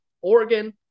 Oregon